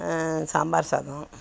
சாம்பார் சாதம்